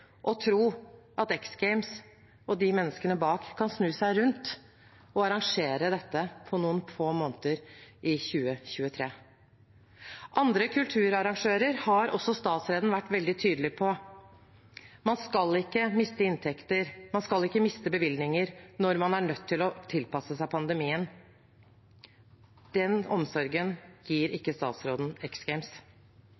og tro at X Games og menneskene bak kan snu seg rundt og arrangere dette på noen få måneder i 2023. Andre kulturarrangører har også statsråden vært veldig tydelig overfor: Man skal ikke miste inntekter, og man skal ikke miste bevilgninger når man er nødt til å tilpasse seg pandemien. Den omsorgen gir